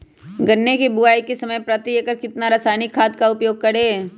गन्ने की बुवाई के समय प्रति एकड़ कितना रासायनिक खाद का उपयोग करें?